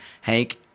Hank